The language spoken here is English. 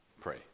pray